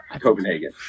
Copenhagen